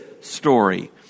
story